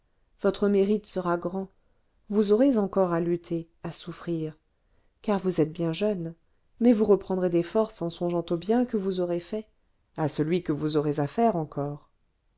votre mérite sera grand vous aurez encore à lutter à souffrir car vous êtes bien jeune mais vous reprendrez des forces en songeant au bien que vous aurez fait à celui que vous aurez à faire encore